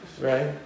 right